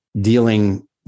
dealing